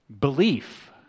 Belief